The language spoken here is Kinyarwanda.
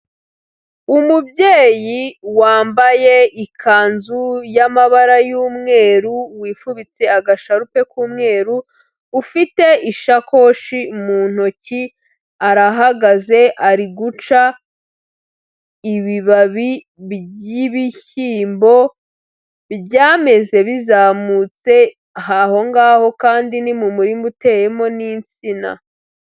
Umubyeyi wambaye ikanzu y'amabara y'umweru, wifubitse agasharupe k'umweru, ufite ishakoshi mu ntoki, arahagaze, ari guca ibibabi by'ibishyimbo, byameze bizamutse, aho ngaho kandi ni mu murima uteyemo n'insina.